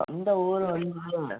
சொந்த ஊர் வந்து